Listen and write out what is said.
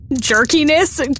jerkiness